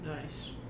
nice